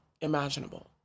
imaginable